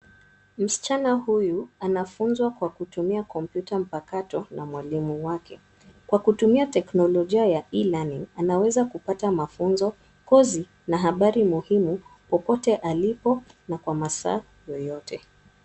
Msichana huyu anafunzwa kwa kutumia kompyuta mpakato na mwalimu wake. Kwa kutumia teknolojia ya E-learning anaweza kupata mafunzo, kozi na habari muhimu popote alipo na kwa masaa yoyote.